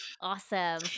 Awesome